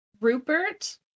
Rupert